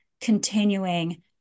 continuing